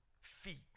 feet